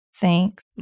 Thanks